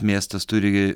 miestas turi